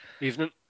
Evening